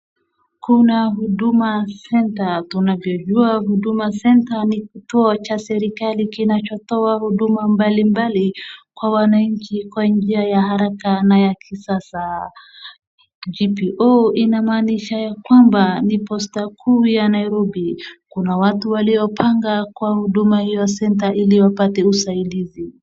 Kuna huduma centre , tunavyojua huduma centre ni kituo cha serikali kinachotoa huduma mbalimbali kwa wananchi kwa njia ya haraka na ya kisasa. G.P.O inamaanisha ya kwamba ni posta kuu ya Nairobi, kuna watu waliopanga kwa huduma hiyo centre ili wapate usaidizi.